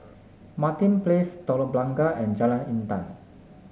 Martin Place Telok Blangah and Jalan Intan